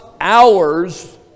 hours